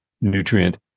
nutrient